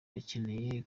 bakeneye